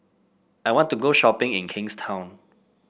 I want to go shopping in Kingstown